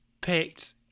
picked